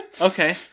Okay